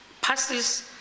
passes